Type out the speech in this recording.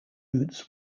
boots